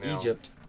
Egypt